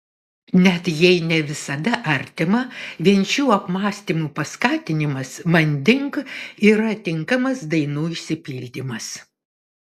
net jei ne visada artima vien šių apmąstymų paskatinimas manding yra tinkamas dainų išsipildymas